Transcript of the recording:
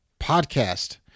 Podcast